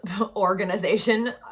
organization